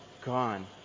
gone